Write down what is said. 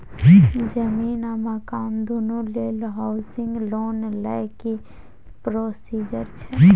जमीन आ मकान दुनू लेल हॉउसिंग लोन लै के की प्रोसीजर छै?